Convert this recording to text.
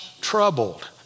troubled